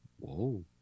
Whoa